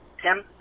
Tim